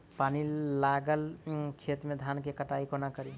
पानि लागल खेत मे धान केँ कटाई कोना कड़ी?